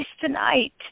tonight